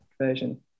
version